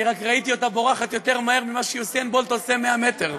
אני רק ראיתי אותה בורחת יותר מהר ממה שיוסיין בולט עושה 100 מטר.